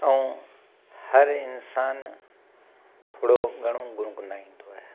ऐं हर इंसान थोरो घणो गुनगुनाईंदो आहियां